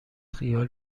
خیال